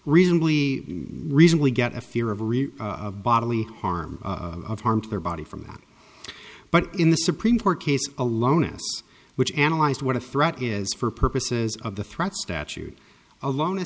reasonably reasonably get a fear of bodily harm of harm to their body from but in the supreme court case alone which analyzed what a threat is for purposes of the threat statute alone